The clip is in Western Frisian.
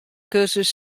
kursus